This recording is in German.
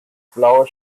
blaue